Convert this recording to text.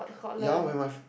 yea with my